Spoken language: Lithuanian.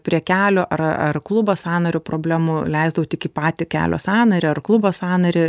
prie kelio ar ar klubo sąnario problemų leisdavo tik į patį kelio sąnario ar klubo sąnarį